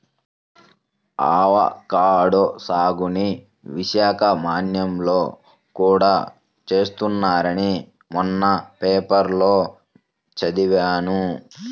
avocado సాగుని విశాఖ మన్యంలో కూడా చేస్తున్నారని మొన్న పేపర్లో చదివాను